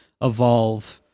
evolve